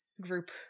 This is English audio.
group